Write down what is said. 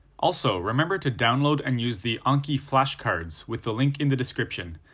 also, remember to download and use the anki flashcards with the link in the description,